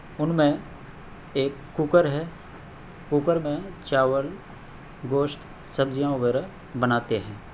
ان میں ایک کوکر ہے کوکر میں چاول گوشت سبزیاں وغیرہ بناتے ہیں